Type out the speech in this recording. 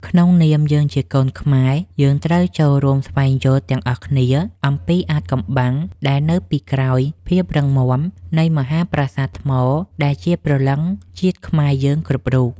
ក្នុងនាមយើងជាកូនខ្មែរ យើងត្រូវចូលរួមស្វែងយល់ទាំងអស់គ្នាអំពីអាថ៌កំបាំងដែលនៅពីក្រោយភាពរឹងមាំនៃមហាប្រាសាទថ្មដែលជាព្រលឹងនៃជាតិខ្មែរយើងគ្រប់រូប។